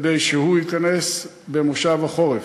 כדי שהוא ייכנס במושב החורף.